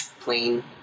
plain